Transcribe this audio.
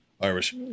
Irish